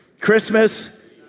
Christmas